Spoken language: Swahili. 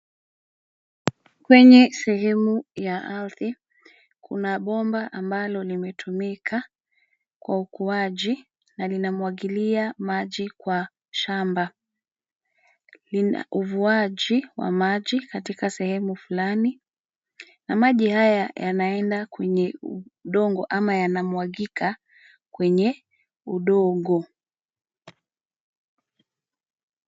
Kwenye sehemu ya ardhi, kuna bomba ambalo limetumika kwa ukuaji na lina mwagilia maji kwa shamba. Lina uvuaji wa maji katika sehemu fulani, na maji haya yanaenda kwenye udongo ama yanamwagika kwenye udongo.